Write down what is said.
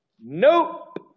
Nope